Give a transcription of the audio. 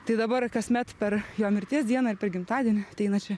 tai dabar kasmet per jo mirties dieną ir per gimtadienį ateina čia